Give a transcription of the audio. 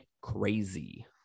crazy